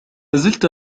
زلت